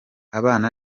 abana